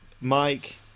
Mike